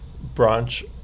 branch